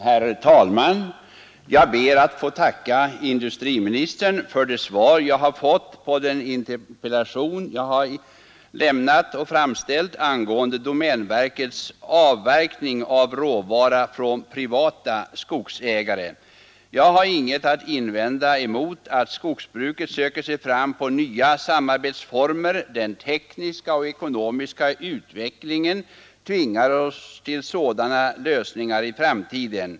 Herr talman! Jag ber att få tacka industriministern för det svar jag har fått på den interpellation jag har framställt angående domänverkets avverkning av råvara från privata skogsägare. Jag har inget att invända emot att skogsbruket söker sig nya samarbetsformer. Den tekniska och ekonomiska utvecklingen tvingar oss till sådana lösningar i framtiden.